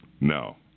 No